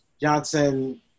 Johnson